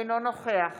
אינו נוכח